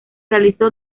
realizó